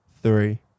Three